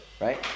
right